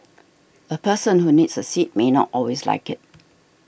a person who needs a seat may not always like it